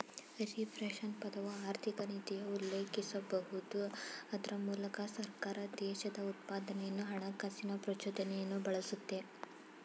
reflation ಪದವು ಆರ್ಥಿಕನೀತಿಯ ಉಲ್ಲೇಖಿಸಬಹುದು ಅದ್ರ ಮೂಲಕ ಸರ್ಕಾರ ದೇಶದ ಉತ್ಪಾದನೆಯನ್ನು ಹಣಕಾಸಿನ ಪ್ರಚೋದನೆಯನ್ನು ಬಳಸುತ್ತೆ